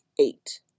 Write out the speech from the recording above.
eight